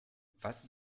was